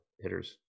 hitters